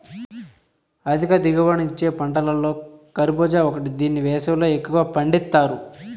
అధిక దిగుబడిని ఇచ్చే పంటలలో కర్భూజ ఒకటి దీన్ని వేసవిలో ఎక్కువగా పండిత్తారు